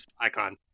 icon